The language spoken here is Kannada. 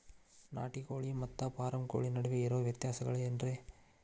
ನಾಟಿ ಕೋಳಿ ಮತ್ತ ಫಾರಂ ಕೋಳಿ ನಡುವೆ ಇರೋ ವ್ಯತ್ಯಾಸಗಳೇನರೇ?